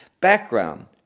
background